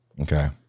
Okay